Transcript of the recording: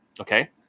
okay